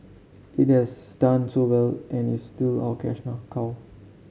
it has done so well and is still our cash cow